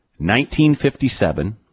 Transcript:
1957